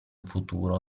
futuro